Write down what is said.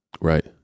Right